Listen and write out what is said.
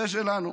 זה שלנו.